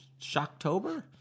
Shocktober